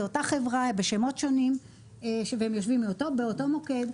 זו אותה חברה בשמות שונים והם יושבים באותו מוקד.